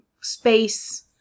space